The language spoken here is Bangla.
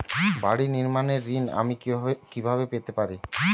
বাড়ি নির্মাণের ঋণ আমি কিভাবে পেতে পারি?